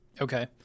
Okay